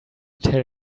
tell